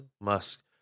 Musk